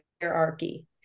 hierarchy